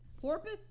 Porpoise